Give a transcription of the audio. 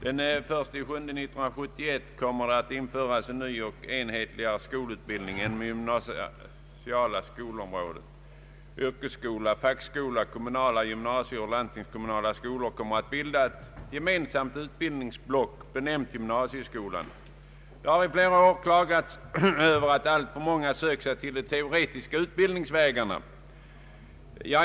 Herr talman! Den 1 juli 1971 införs en ny och enhetligare skolbildning inom det gymnasiala skolområdet. Yrkesskolor, fackskolor, kommunala gymnasier och landstingskommunala skolor kommer att bilda ett gemensamt utbildningsblock, benämnt gymnasieskolan. Det har i flera år klagats över att alltför många sökt sig till de teoretiska utbildningsvägarna.